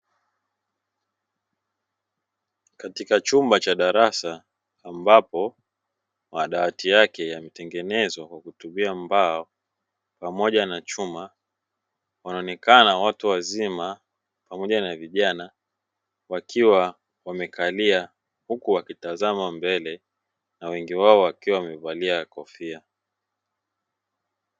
Katika chumba cha darasa ambapo madawati yake yametengenezwa kwa kutumia mbao pamoja na chuma, wanaonekana watu wazima pamoja na vijana wakiwa wamekalia huku wakitazama mbele na wengi wao wakiwa wamevalia kofia.